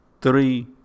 three